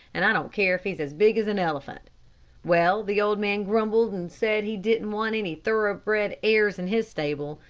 and i don't care if he's as big as an elephant well, the old man grumbled and said he didn't want any thoroughbred airs in his stable,